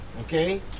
okay